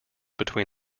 between